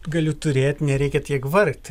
galiu turėt nereikia tiek vargt